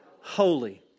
Holy